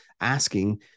asking